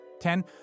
Ten